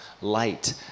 light